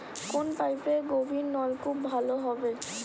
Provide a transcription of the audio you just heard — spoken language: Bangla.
কোন পাইপে গভিরনলকুপ ভালো হবে?